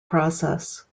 process